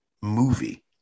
movie